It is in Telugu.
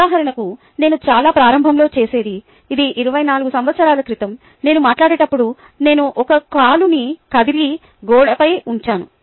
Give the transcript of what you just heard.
ఉదాహరణకు నేను చాలా ప్రారంభంలో చేసేది ఇది 24 సంవత్సరాల క్రితం నేను మాట్లాడేటప్పుడు నేను ఒక కాలుని కదిలి గోడపై ఉంచాను